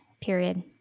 Period